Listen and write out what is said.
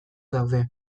daude